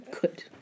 Good